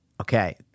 Okay